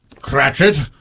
Cratchit